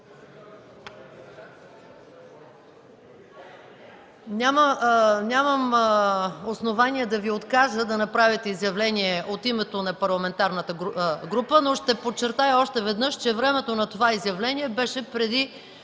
Нямам основание да Ви откажа да направите изявление от името на парламентарната група, но ще подчертая още веднъж, че времето на това изявление беше преди